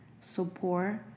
support